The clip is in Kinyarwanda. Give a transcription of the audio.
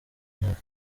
myaka